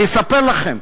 אני אספר לכם,